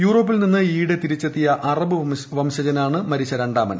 യൂറോപ്പിൽ നിന്ന് ഈയിടെ തിരിച്ചെത്തിയ അറബ് വംശജനാണ് മരിച്ച രണ്ടാമൻ